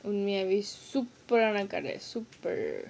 super aanaa கடை:kadai super